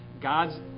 God's